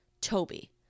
Toby